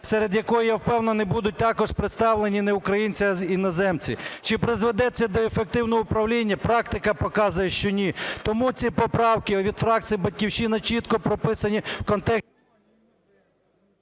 серед якої, я впевнений, будуть також представлені не українці, а іноземці. Чи призведе це до ефективного управління? Практика показує, що ні. Тому в цій поправці від фракції "Батьківщина" чітко прописані… ГОЛОВУЮЧИЙ.